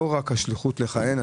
לא רק השליחות לכהן,